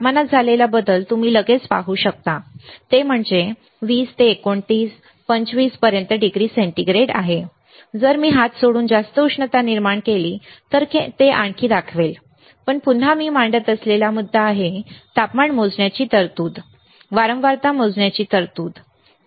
तापमानात झालेला बदल तुम्ही लगेच पाहू शकता ते म्हणजे 20 ते 29 25 पर्यंत डिग्री सेंटीग्रेड आहे जर मी हात चोळून जास्त उष्णता निर्माण केली तर ते आणखी दाखवेल पण पुन्हा मी मांडत असलेला मुद्दा आहे तापमान मोजण्याची तरतूद आहे वारंवारता मोजण्याची तरतूद आहे